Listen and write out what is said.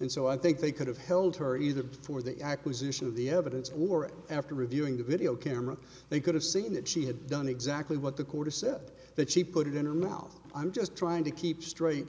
and so i think they could have held her either before the acquisition of the evidence or after reviewing the video camera they could have seen that she had done exactly what the quarter said that she put it in her mouth i'm just trying to keep straight